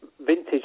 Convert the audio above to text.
vintage